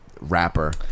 rapper